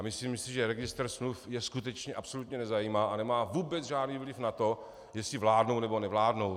Myslím si, že registr smluv je skutečně absolutně nezajímá a nemá vůbec žádný vliv na to, jestli vládnou, nebo nevládnou.